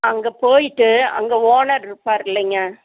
அங்கே போயிவிட்டு அங்கே ஓனர் இருப்பார் இல்லைங்க